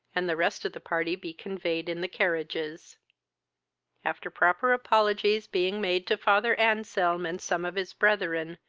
and the rest of the party be conveyed in the carriages after proper apologies being made to father anselm, and some of his brethren,